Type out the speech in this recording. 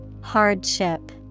Hardship